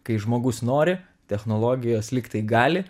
kai žmogus nori technologijos lyg tai gali